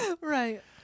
right